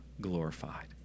glorified